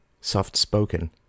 soft-spoken